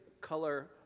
color